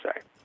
say